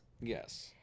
Yes